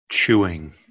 Chewing